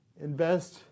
invest